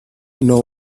know